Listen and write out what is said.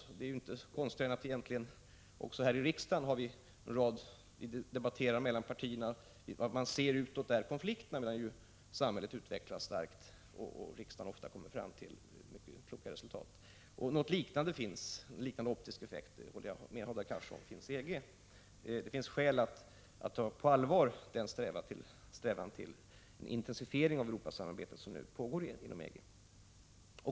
Också i debatten mellan partierna här i riksdagen ser vi ofta till konflikterna, medan samhället genomgår en stark utveckling till följd av vilken riksdagen kan komma fram till mycket kloka beslut. En liknande optisk effekt finns i EG-debatten, det håller jag alltså med Hadar Cars om. Det finns skäl att ta på allvar den strävan till intensifiering av Europasamarbetet som nu pågår inom EG.